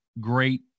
great